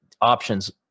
options